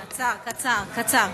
קצר, קצר.